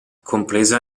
compresa